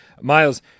Miles